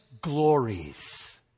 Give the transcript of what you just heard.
glories